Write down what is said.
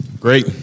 Great